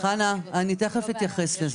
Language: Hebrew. אני אתייחס לזה.